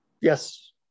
Yes